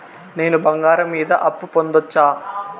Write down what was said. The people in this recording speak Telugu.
నేను బంగారం మీద అప్పు పొందొచ్చా?